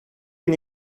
bin